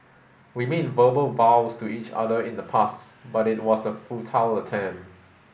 we made verbal vows to each other in the past but it was a futile attempt